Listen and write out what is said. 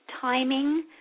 timing